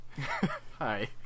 Hi